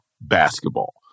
basketball